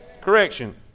correction